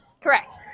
Correct